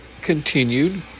continued